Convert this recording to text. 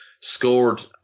Scored